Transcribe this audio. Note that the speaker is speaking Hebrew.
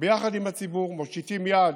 ביחד עם הציבור, מושיטים יד,